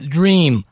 Dream